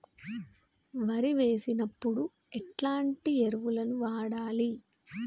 వరి వేసినప్పుడు ఎలాంటి ఎరువులను వాడాలి?